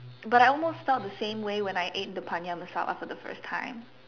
but I almost felt the same way when I ate the paneer masala for the first time